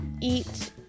eat